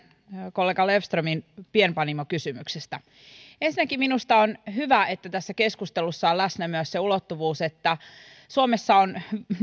kollega löfströmin pienpanimokysymyksestä ensinnäkin minusta on hyvä että keskustelussa on läsnä myös se ulottuvuus että suomessa on